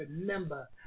remember